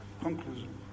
conclusion